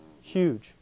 Huge